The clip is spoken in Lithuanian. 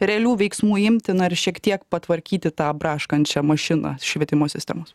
realių veiksmų imti na ir šiek tiek patvarkyti tą braškančią mašiną švietimo sistemos